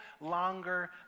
longer